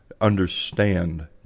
understand